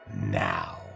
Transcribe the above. Now